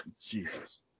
Jesus